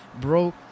Bro